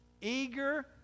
eager